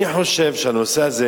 אני חושב שהנושא הזה,